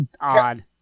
odd